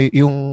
yung